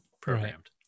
programmed